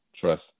trust